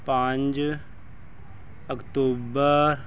ਪੰਜ ਅਕਤੂਬਰ